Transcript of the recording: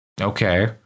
Okay